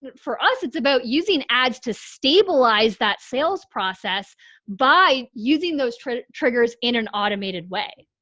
and for us it's about using ads to stabilize that sales process by using those trade triggers in an automated way,